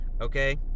okay